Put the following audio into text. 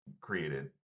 created